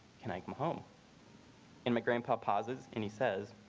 can i come home in mcgrane but pauses. and he says